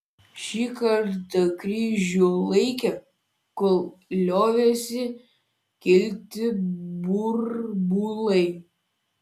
šį kartą kryžių laikė kol liovėsi kilti burbulai